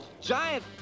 giant